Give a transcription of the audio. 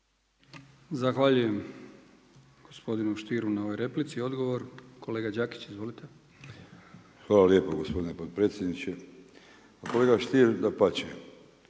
Zahvaljujem gospodinu Stieru na ovoj replici. I odgovor kolega Đakić, izvolite. **Đakić, Josip (HDZ)** Hvala lijepo gospodine potpredsjedniče. Pa kolega Stier dapače,